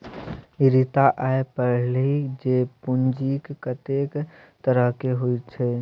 रीता आय पढ़लीह जे पूंजीक कतेक तरहकेँ होइत छै